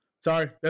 sorry